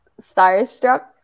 starstruck